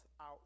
out